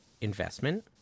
investment